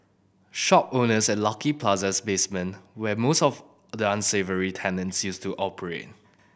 shop owners at Lucky Plaza's basement where most of the unsavoury tenants used to operate